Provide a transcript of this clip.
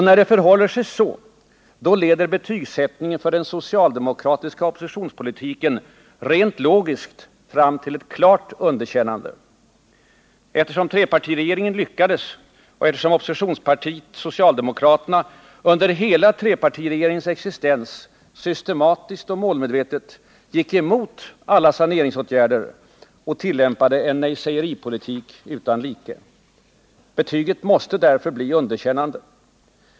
När det förhåller sig så, då leder betygsättningen för den socialdemokratiska oppositionspolitiken tent logiskt fram till ett klart underkännande, eftersom trepartiregeringen lyckades och eftersom oppositionspartiet socialdemokraterna under hela trepartiregeringens existens systematiskt och målmedvetet gick emot alla saneringsåtgärder och tillämpade en nejsägeripolitik utan like. Betyget måste därför bli underkännande.